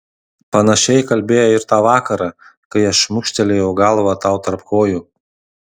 panašiai kalbėjai ir tą vakarą kai aš šmukštelėjau galvą tau tarp kojų